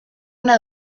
una